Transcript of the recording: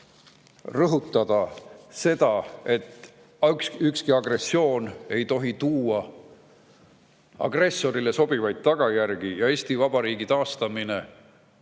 rõhutada seda, et ükski agressioon ei tohi tuua kaasa agressorile sobivaid tagajärgi. Eesti Vabariigi taastamine